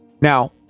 Now